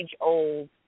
old